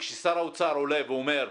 כששר האוצר עולה ואומר,